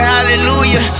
Hallelujah